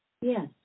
Yes